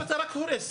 אתה רק הורס.